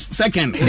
second